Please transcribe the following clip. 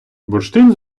бурштин